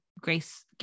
grace